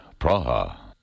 Praha